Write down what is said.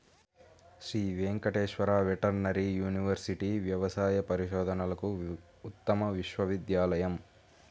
Shri Venkateswara veterinary university వ్యవసాయ పరిశోధనలకు ఉత్తమ విశ్వవిద్యాలయం